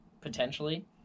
potentially